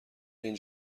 این